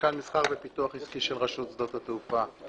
סמנכ"ל מסחר ופיתוח עסקי של רשות שדות התעופה.